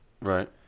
Right